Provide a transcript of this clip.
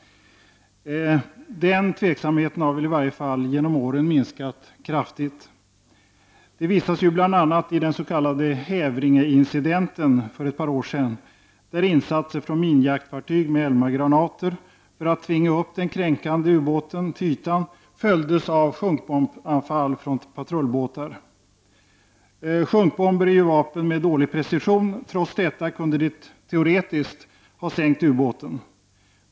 Den tveksamheten har väl i varje fall genom åren minskat kraftigt. Det visades ju bl.a. i den s.k. Hävringe-incidenten för ett par år sedan, där insatser från minjaktsfartyg med Elmagranater, för att tvinga upp den kränkande ubåten till ytan, följdes av ett sjunkbombsanfall från patrullbåtar. Sjunkbomber är vapen med dålig precision. Trots detta kunde de teoretiskt ha sänkt ubåten.